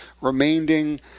remaining